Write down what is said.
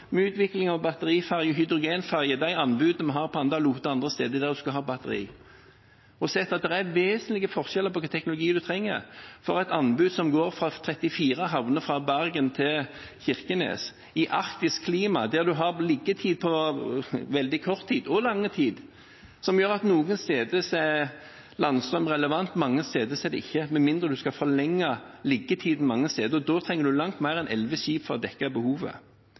med utvikling av batteriferge og hydrogenferge og med de anbudene vi har for Anda–Lote og andre steder der vi skulle ha batteri, og sett at det er vesentlige forskjeller på hvilken teknologi en trenger på et anbud som omfatter 34 havner, fra Bergen til Kirkenes, i arktisk klima, der en har både veldig kort og veldig lang liggetid. Det gjør at landstrøm noen steder er relevant og andre steder ikke, med mindre en skal forlenge liggetiden mange steder, for da trenger en langt mer enn elleve skip for å dekke behovet.